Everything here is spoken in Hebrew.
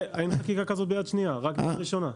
אין דבר כזה ביד שנייה, רק ביד ראשונה.